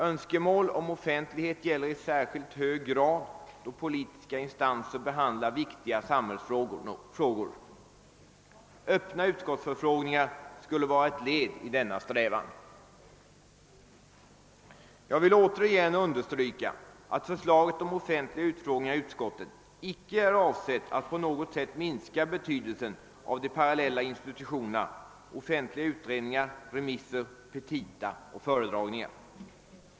Önskemålet om offentlighet är i särskilt hög grad angeläget då politiska instanser behandlar viktiga samhällsfrågor. Öppna utskottsförfrågningar skulle vara ett led i denna strävan. Jag vill återigen understryka att för slaget om offentliga utfrågningar i utskotten icke är avsett att på något sätt minska betydelsen av de parallella instituten: offentliga utredningar, remissser, petita och föredragningar.